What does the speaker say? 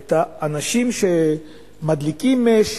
את האנשים שמדליקים אש,